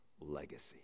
legacy